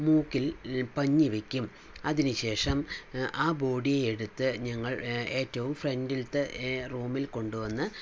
മൂക്കിൽ പഞ്ഞി വയ്ക്കും അതിന് ശേഷം ആ ബോഡി എടുത്ത് ഞങ്ങൾ ഏറ്റവും ഫ്രണ്ടിൽത്തെ റൂമിൽ കൊണ്ട് വന്ന്